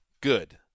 good